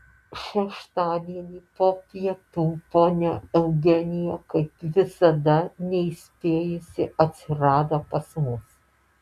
šeštadienį po pietų ponia eugenija kaip visada neįspėjusi atsirado pas mus